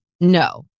No